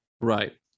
right